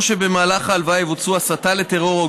או שבמהלך הלוויה יבוצעו הסתה לטרור או